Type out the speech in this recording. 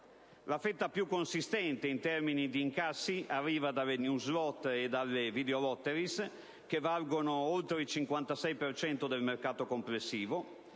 La fetta più consistente in termini di incassi arriva dalle *new* *slot* e dalle *videolottery*, che valgono oltre il 56 per cento del mercato complessivo;